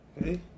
Okay